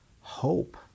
hope